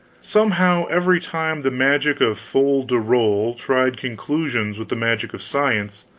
somehow, every time the magic of fol-de-rol tried conclusions with the magic of science,